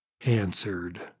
answered